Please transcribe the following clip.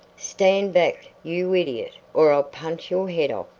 stand back, you idiot, or i'll punch your head off,